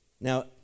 Now